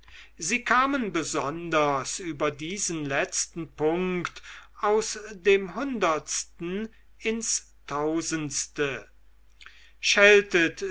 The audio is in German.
sie kamen besonders über diesen punkt aus dem hundertsten ins tausendste scheltet